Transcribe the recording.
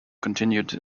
continued